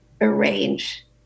arrange